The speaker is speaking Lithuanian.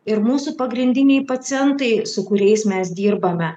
ir mūsų pagrindiniai pacientai su kuriais mes dirbame